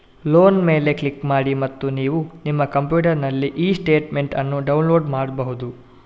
loan ಮೇಲೆ click ಮಾಡಿ ಮತ್ತು ನೀವು ನಿಮ್ಮ ಕಂಪ್ಯೂಟರಿನಲ್ಲಿ ಇ ಸ್ಟೇಟ್ಮೆಂಟ್ ಅನ್ನು ಡೌನ್ಲೋಡ್ ಮಾಡ್ಬಹುದು